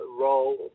role